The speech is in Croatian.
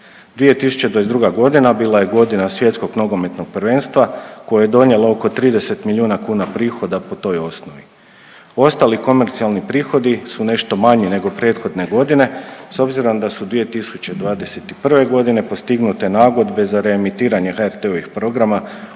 2022. godina bila je godina Svjetskog nogometnog prvenstva koje je donijelo oko 30 milijuna kuna prihoda po toj osnovi. Ostali komercijalni prihodi su nešto manji nego prethodne godine s obzirom da su 2021. godine postignute nagodbe za reimitiranje HRT-ovih programa